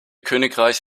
königreich